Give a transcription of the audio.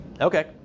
Okay